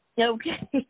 Okay